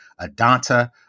Adanta